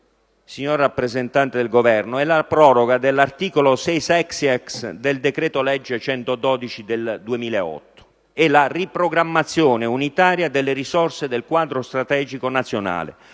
signor rappresentante del Governo, è la proroga dell'articolo 6-*sexies* del decreto-legge 25 giugno 2008, n. 112, e la riprogrammazione unitaria delle risorse del quadro strategico nazionale,